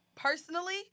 Personally